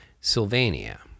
Sylvania